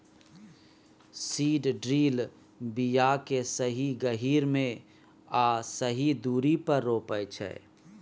seed drill बीया केँ सही गहीर मे आ सही दुरी पर रोपय छै